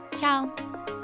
ciao